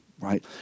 Right